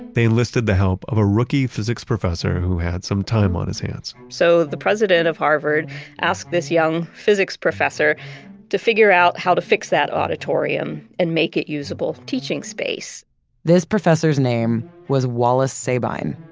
they enlisted the help of a rookie physics professor who had some time on his hands so, the president of harvard asked this young physics professor to figure out how to fix that auditorium and make it usable teaching space this professor's name was wallace sabine,